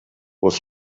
was